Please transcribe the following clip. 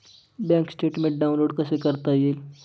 Bank statement download कसे करता येईल?